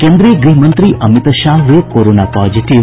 केन्द्रीय गृह मंत्री अमित शाह हुए कोरोना पॉजिटिव